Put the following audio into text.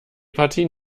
partie